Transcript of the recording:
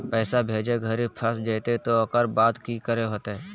पैसा भेजे घरी फस जयते तो ओकर बाद की करे होते?